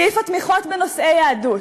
סעיף התמיכות בנושאי יהדות.